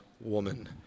woman